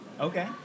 Okay